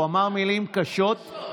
הוא אמר מילים קשות,